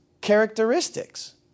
characteristics